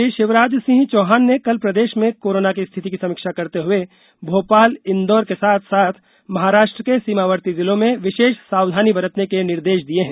मुख्यमंत्री शिवराज सिंह चौहान ने कल प्रदेश में कोरोना की स्थिति की समीक्षा करते हुए भोपाल इंदौर के साथ साथ महाराष्ट्र के सीमावर्ती जिलों में विशेष सावधानी बरतने के निर्देश दिये हैं